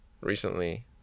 recently